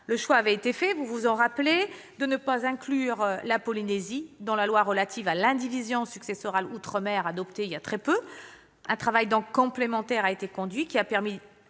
Le choix avait été fait, vous vous en souvenez, de ne pas inclure la Polynésie dans la loi relative à l'indivision successorale outre-mer adoptée récemment. Un travail complémentaire a été conduit, qui a permis